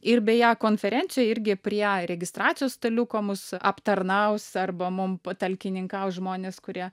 ir beje konferencijoj irgi prie registracijos staliuko mus aptarnaus arba mum patalkininkaus žmonės kurie